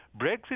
Brexit